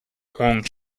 huang